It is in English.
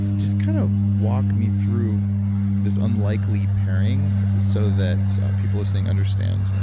just kind of walk me through this unlikely pairing so that people listening understand, you know